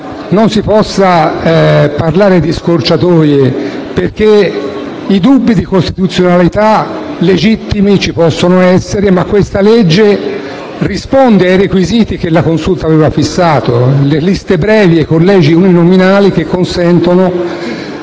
non si possa parlare di scorciatoie. Legittimi dubbi di costituzionalità ci possono essere, ma questa proposta risponde ai requisiti che la Consulta aveva fissato: liste brevi e collegi uninominali che consentono